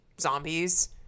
zombies